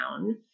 down